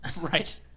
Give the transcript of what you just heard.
right